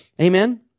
Amen